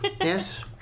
Yes